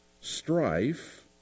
strife